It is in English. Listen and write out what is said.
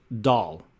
doll